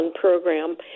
program